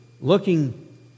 looking